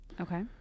Okay